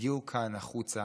הגיעו לכאן, החוצה,